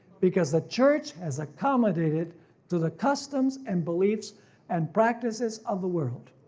because the church has accommodated to the customs and beliefs and practices of the world.